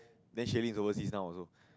then she lives overseas now also